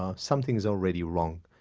ah something is already wrong.